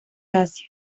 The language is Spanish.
asia